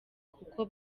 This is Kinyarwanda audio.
kuko